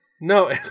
No